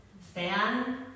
Fan